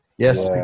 Yes